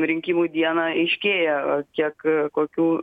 rinkimų dieną aiškėja kiek kokių